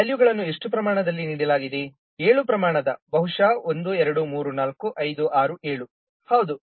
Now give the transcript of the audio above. ಅವುಗಳ ವ್ಯಾಲ್ಯೂಗಳನ್ನು ಎಷ್ಟು ಪ್ರಮಾಣದಲ್ಲಿ ನೀಡಲಾಗಿದೆ 7 ಪ್ರಮಾಣದ ಬಹುಶಃ 1 2 3 4 5 6 7